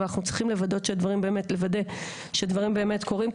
אבל אנחנו צריכים לוודא שהדברים באמת קורים,